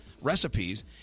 recipes